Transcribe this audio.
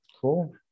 Cool